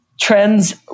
trends